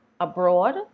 abroad